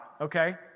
okay